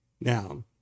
Now